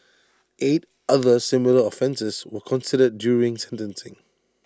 eight other similar offences were considered during sentencing